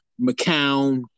mccown